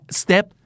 step